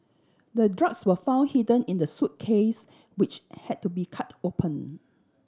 the drugs were found hidden in the suitcase which had to be cut open